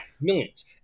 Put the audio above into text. millions